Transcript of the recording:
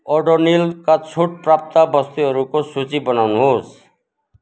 ओडोनिलका छुट प्राप्त वस्तुहरूको सूची बनाउनुहोस्